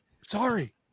Sorry